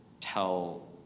tell